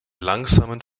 langsamen